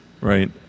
right